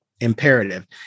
imperative